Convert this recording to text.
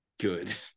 good